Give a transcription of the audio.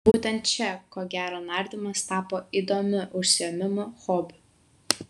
būtent čia ko gero nardymas tapo įdomiu užsiėmimu hobiu